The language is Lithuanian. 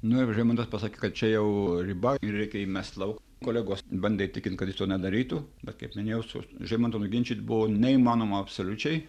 nu ir žeimantas pasakė kad čia jau riba ir reikia jį mest lauk kolegos bandė įtikint kad jis to nedarytų bet kaip minėjau su žeimanto nuginčyt buvo neįmanoma absoliučiai